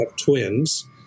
twins